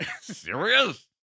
serious